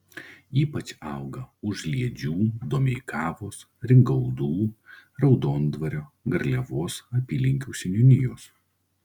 ypač auga užliedžių domeikavos ringaudų raudondvario garliavos apylinkių seniūnijos